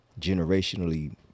generationally